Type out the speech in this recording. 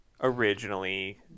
originally